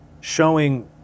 showing